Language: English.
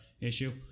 issue